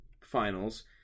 finals